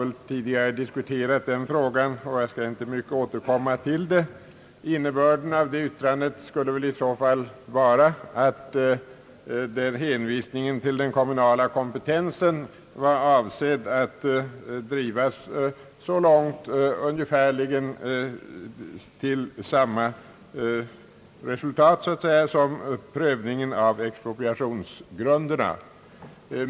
Vi har tidigare diskuterat den frågan, och jag skall inte säga så mycket ytterligare om den nu. Innebörden av justitieministerns yttrande skulle väl i så fall vara, att hänvisningen till den kommunala kompetensen var avsedd att giva ungefärligen samma resultat som prövningen av expropriationsgrunderna.